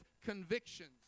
convictions